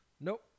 Nope